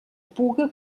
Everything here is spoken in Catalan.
puga